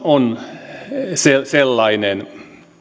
on sellainen